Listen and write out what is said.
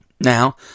Now